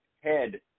head